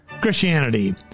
Christianity